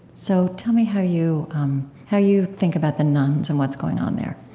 so tell me how you how you think about the nones and what's going on there